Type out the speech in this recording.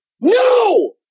No